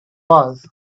was